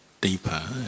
deeper